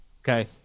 Okay